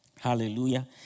hallelujah